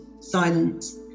Silence